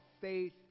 faith